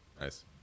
nice